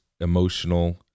emotional